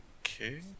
Okay